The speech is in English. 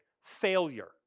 failure